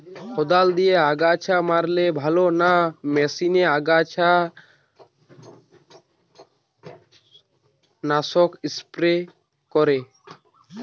কদাল দিয়ে আগাছা মারলে ভালো না মেশিনে আগাছা নাশক স্প্রে করে?